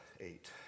eight